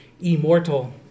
immortal